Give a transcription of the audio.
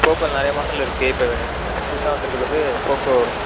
போக்கோவில் நிறைய மாடல் இருக்கு இப்போ புதுசாக வந்துருக்கிறது வந்து போக்கோ